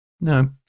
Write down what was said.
No